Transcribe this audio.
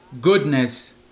goodness